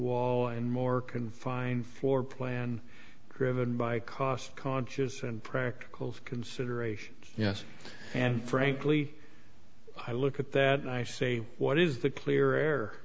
wall and more confined floor plan driven by cost conscious and practical considerations yes and frankly i look at that and i say what is the clear air